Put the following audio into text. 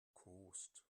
gekost